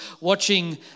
watching